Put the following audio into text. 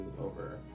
over